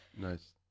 Nice